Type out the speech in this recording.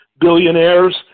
billionaires